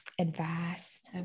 Advice